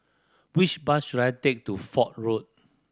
which bus should I take to Fort Road